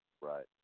Right